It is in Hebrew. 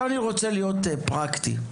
אני רוצה להיות פרקטי.